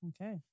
okay